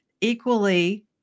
equally